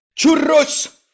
CHURROS